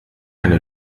keine